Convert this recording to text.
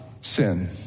sin